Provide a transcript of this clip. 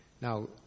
Now